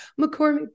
McCormick